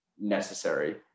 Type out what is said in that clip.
necessary